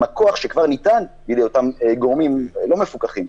עם הכוח שכבר ניתן לאותם גורמים לא מפוקחים,